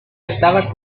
estaba